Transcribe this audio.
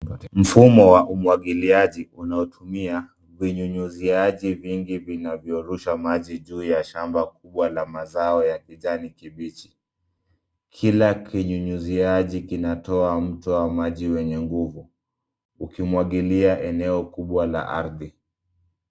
Mfumo wa umwagiliaji unaotumia vinyunyiziaji vingi vinavyoruisha maji juu ya shamba kubwa la mazao ya kijani kibichi. Kila kinyunyiziaji kinatoa mto wa maji wenye nguvu, ukimwagilia eneo kubwa ya ardhi.